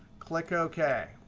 click ok.